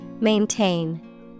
Maintain